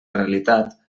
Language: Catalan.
realitat